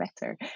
better